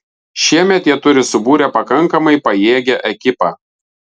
šiemet jie turi subūrę pakankamai pajėgią ekipą